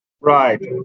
Right